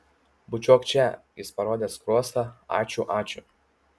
bučiuok čia jis parodė skruostą ačiū ačiū